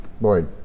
boy